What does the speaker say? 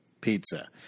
pizza